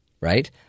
right